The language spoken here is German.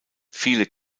viele